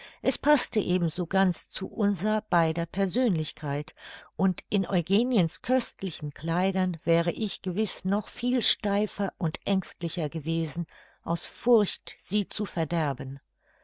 es paßte eben so ganz zu unser beider persönlichkeit und in eugeniens köstlichen kleidern wäre ich gewiß noch viel steifer und ängstlicher gewesen aus furcht sie zu verderben